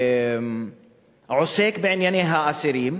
שעוסק בענייני האסירים,